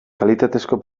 kalitatezko